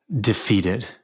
defeated